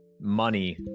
money